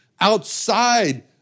outside